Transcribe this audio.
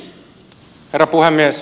herra puhemies